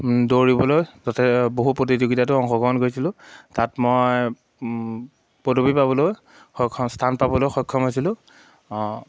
দৌৰিবলৈ যতে বহু প্ৰতিযোগীতাটো অংশগ্ৰহণ কৰিছিলোঁ তাত মই পদপী পাবলৈ সক্ষম স্থান পাবলৈ সক্ষম হৈছিলোঁ